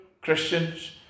christians